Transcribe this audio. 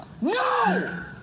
No